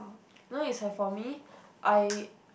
no is have for me I